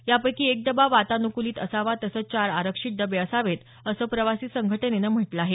यापैकी एक डबा वातानुकुलीत असावा तसंच चार आरक्षित डबे असावेत असं प्रवासी संघटनेनं म्हटलं आहे